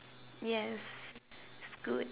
yes it's good